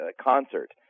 concert